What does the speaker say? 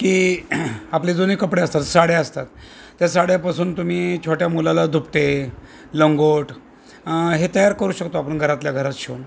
की आपले जुने कपडे असतात साड्या असतात त्या साड्यापासून तुम्ही छोट्या मुलाला दुपटे लंगोट हे तयार करू शकतो आपण घरातल्या घरात शिवून